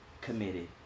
committed